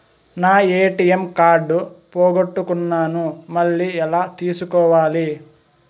నా ATM card పోగొట్టుకున్నాను, మళ్ళీ ఎలా తీసుకోవాలి?